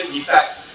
effect